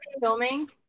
filming